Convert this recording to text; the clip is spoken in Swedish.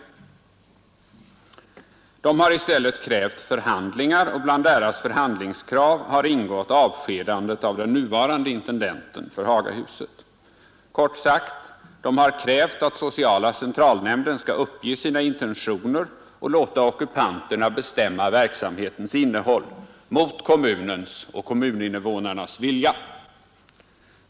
De har i stället krävt förhandlingar, och bland deras förhandlingskrav har ingått avskedande av nuvarande intendenten för Hagahuset. Kort sagt: de har krävt att sociala centralnämnden skall uppge sina intentioner och låta ockupanterna bestämma verksamhetens innehåll mot kommunens och kommuninvånarnas vilja.